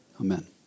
Amen